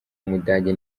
w’umudage